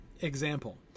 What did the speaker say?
example